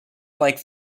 like